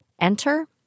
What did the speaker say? Enter